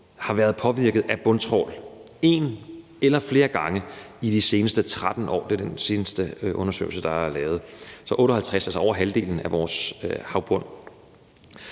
har været påvirket af bundtrawl en eller flere gange i løbet af de seneste 13 år. Det siger den seneste undersøgelse, der er lavet. Så det er 58 pct., altså over halvdelen af vores havbund.